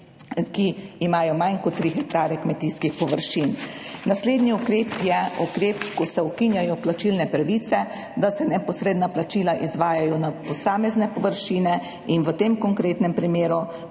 ki imajo manj kot 3 hektarje kmetijskih površin. Naslednji ukrep je ukrep, ko se ukinjajo plačilne pravice, da se neposredna plačila izvajajo na posamezne površine. V tem konkretnem primeru